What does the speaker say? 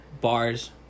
bars